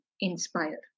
inspire